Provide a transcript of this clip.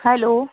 hello